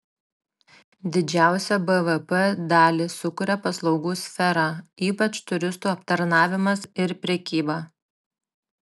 didžiausią bvp dalį sukuria paslaugų sfera ypač turistų aptarnavimas ir prekyba